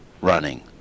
running